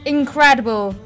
Incredible